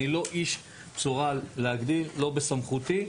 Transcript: אני לא איש בשורה להגיד זה לא בסמכותי.